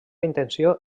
intenció